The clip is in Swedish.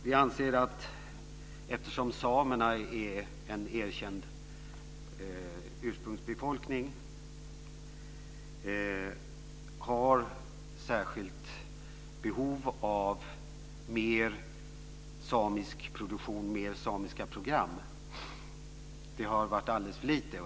Vi anser att eftersom samerna är en erkänd ursprungsbefolkning har de ett särskilt behov av mer samisk produktion, mer samiska program. Det har varit alldeles för lite.